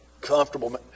comfortable